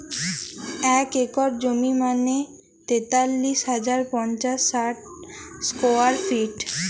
এক একর জমি মানে তেতাল্লিশ হাজার পাঁচশ ষাট স্কোয়ার ফিট